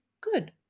Good